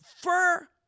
fur